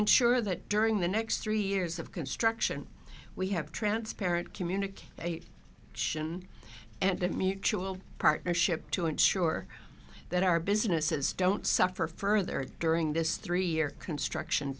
ensure that during the next three years of construction we have transparent communicate ssion and that mutual partnership to ensure that our businesses don't suffer further during this three year construction